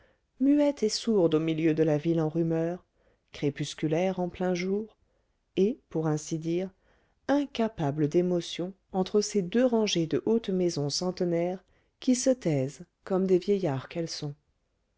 muette et sourde au milieu de la ville en rumeur crépusculaire en plein jour et pour ainsi dire incapable d'émotions entre ses deux rangées de hautes maisons centenaires qui se taisent comme des vieillards qu'elles sont